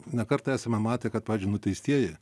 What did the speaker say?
ne kartą esame matę kad pavyzdžiui nuteistieji